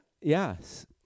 Yes